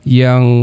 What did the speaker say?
yang